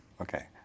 Okay